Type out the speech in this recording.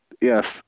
Yes